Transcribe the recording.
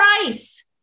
price